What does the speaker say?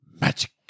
magic